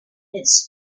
its